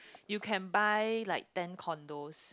you can buy like ten condos